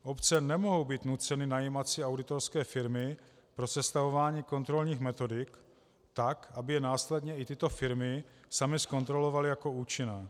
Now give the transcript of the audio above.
Obce nemohou být nuceny najímat si auditorské firmy pro sestavování kontrolních metodik tak, aby je následně i tyto firmy samy zkontrolovaly jako účinné.